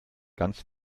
ganz